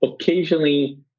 occasionally